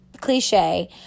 cliche